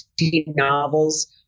novels